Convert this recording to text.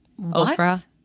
Oprah